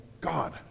God